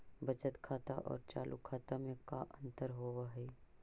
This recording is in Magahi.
बचत खाता और चालु खाता में का अंतर होव हइ?